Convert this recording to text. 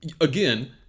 Again